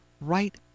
right